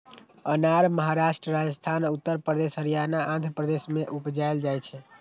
अनार महाराष्ट्र, राजस्थान, उत्तर प्रदेश, हरियाणा, आंध्र प्रदेश मे उपजाएल जाइ छै